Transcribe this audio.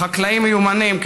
לחקלאים מיומנים,